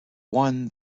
won